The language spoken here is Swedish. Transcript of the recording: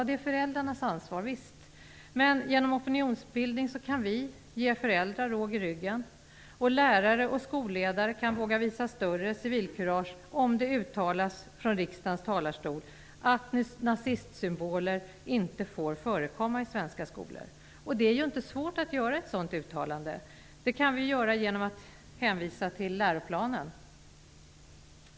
Det är föräldrarnas ansvar, ja visst, men genom opinionsbildning kan vi ge föräldrar råg i ryggen, och lärare och skolledare kan våga visa större civilkurage om det uttalas från riksdagens talarstol att nazistsymboler inte får förekomma i svenska skolor. Det är inte svårt att göra ett sådant uttalande. Det kan vi göra genom att hänvisa till läroplanen.